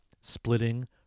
splitting